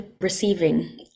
receiving